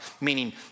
meaning